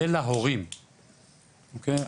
ולהורים אוקי,